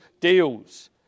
deals